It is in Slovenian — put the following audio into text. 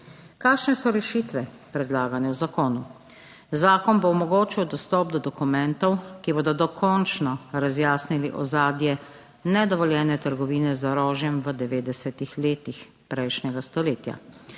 Kakšne so rešitve predlagane v zakonu? Zakon bo omogočil dostop do dokumentov, ki bodo dokončno razjasnili ozadje nedovoljene trgovine z orožjem v 90-letih prejšnjega stoletja.